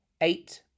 eight